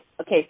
Okay